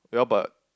well but